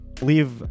Leave